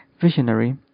visionary